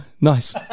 nice